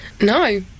No